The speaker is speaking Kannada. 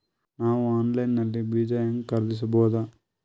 ನಾವು ಆನ್ಲೈನ್ ನಲ್ಲಿ ಬೀಜ ಹೆಂಗ ಖರೀದಿಸಬೋದ?